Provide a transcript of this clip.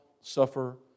suffer